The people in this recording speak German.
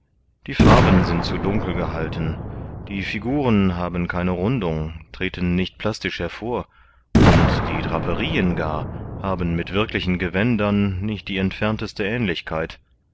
die farben sind zu dunkel gehalten die figuren haben keine rundung treten nicht plastisch hervor und die draperien gar haben mit wirklichen gewändern nicht die entfernteste aehnlichkeit